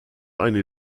eine